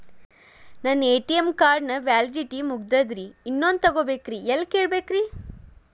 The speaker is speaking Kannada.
ನನ್ನ ಎ.ಟಿ.ಎಂ ಕಾರ್ಡ್ ನ ವ್ಯಾಲಿಡಿಟಿ ಮುಗದದ್ರಿ ಇನ್ನೊಂದು ತೊಗೊಬೇಕ್ರಿ ಎಲ್ಲಿ ಕೇಳಬೇಕ್ರಿ?